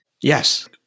Yes